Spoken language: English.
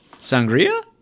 Sangria